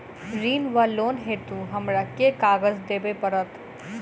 ऋण वा लोन हेतु हमरा केँ कागज देबै पड़त?